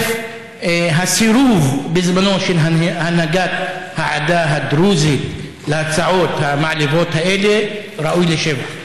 הסירוב בזמנו של הנהגת העדה הדרוזית להצעות המעליבות האלה ראוי לשבח.